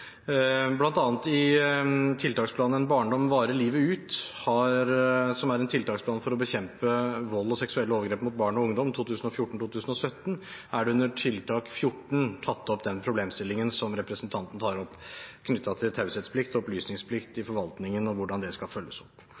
i tiltaksplanen «En god barndom varer livet ut», som er en tiltaksplan for å bekjempe vold og seksuelle overgrep mot barn og ungdom 2014–2017, har man under Tiltak 14 tatt opp den problemstillingen som representanten tar opp knyttet til taushetsplikt og opplysningsplikt i forvaltningen og hvordan det skal følges opp.